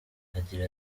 agira